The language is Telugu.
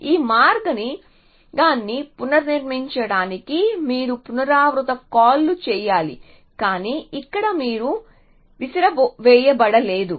ఈ మార్గాన్ని పునర్నిర్మించడానికి మీరు పునరావృత కాల్లు చేయాలి కానీ ఇక్కడ మీరు విసిరివేయబడలేదు